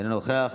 אינו נוכח.